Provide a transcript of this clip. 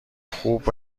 خوب